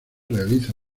realiza